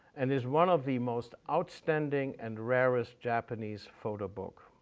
and is one of the most outstanding and rarest japanese photo book.